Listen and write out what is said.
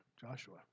Joshua